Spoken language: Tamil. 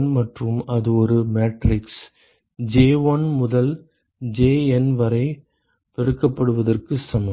N மற்றும் அது ஒரு மேட்ரிக்ஸ் J1 முதல் JN வரை பெருக்கப்படுவதற்கு சமம்